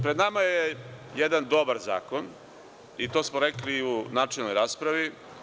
Pred nama je jedan dobar zakon i to smo rekli u načelnoj raspravi.